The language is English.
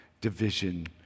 division